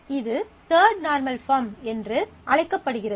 இது third normal form என்று அழைக்கப்படுகிறது